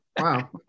wow